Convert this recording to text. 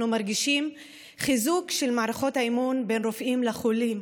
אנחנו מרגישים חיזוק של מערכות האמון בין רופאים לחולים,